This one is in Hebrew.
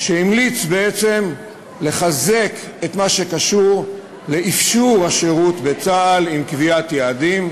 שהמליץ בעצם לחזק את מה שקשור לאפשור השירות בצה"ל עם קביעת יעדים.